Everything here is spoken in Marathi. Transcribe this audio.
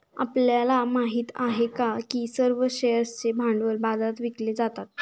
आपल्याला माहित आहे का की सर्व शेअर्सचे भांडवल बाजारात विकले जातात?